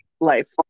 life